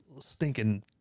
stinking